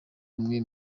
bamwe